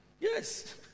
Yes